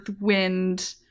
wind